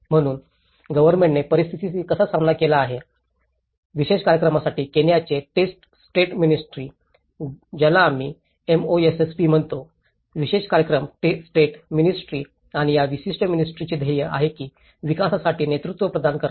म्हणूनच गव्हर्नमेंटने परिस्थितीशी कसा सामना केला आहे विशेष कार्यक्रमांसाठी केनियाचे स्टेट मिनिस्ट्री ज्याला आम्ही MoSSP म्हणतो विशेष कार्यक्रम स्टेट मिनिस्ट्री आणि या विशिष्ट मिनिस्ट्रीाचे ध्येय आहे की विकासासाठी नेतृत्व प्रदान करणे